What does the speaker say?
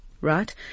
right